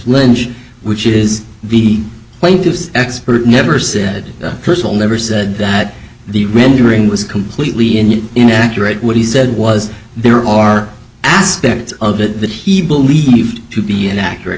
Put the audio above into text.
lynch which is the plaintiff's expert never said personal never said that the rendering was completely in inaccurate what he said was there are aspects of it that he believed to be inaccurate